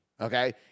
Okay